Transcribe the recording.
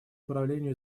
управления